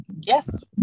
Yes